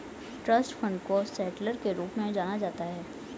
trust fund को settlor के रूप में जाना जाता है